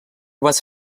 was